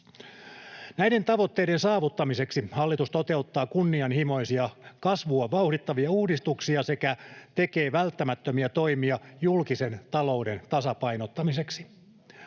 Näiden tavoitteiden saavuttamiseksi hallitus toteuttaa kunnianhimoisia kasvua vauhdittavia uudistuksia sekä tekee välttämättömiä toimia julkisen talouden tasapainottamiseksi.